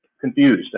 confused